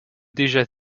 déjà